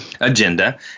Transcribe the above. agenda